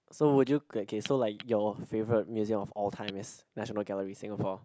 so would you okay so like your favourite museum of all time is National Gallery Singapore